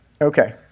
Okay